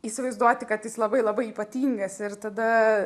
įsivaizduoti kad jis labai labai ypatingas ir tada